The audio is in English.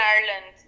Ireland